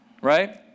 Right